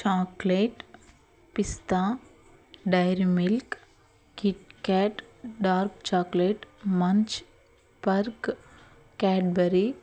chocolate pista Dairy Milk Kit Kat dark chocolate Munch Perk Cadbury